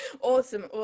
Awesome